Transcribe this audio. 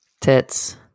tits